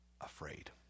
afraid